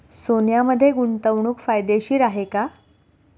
सोन्यामध्ये गुंतवणूक फायदेशीर आहे का?